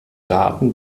daten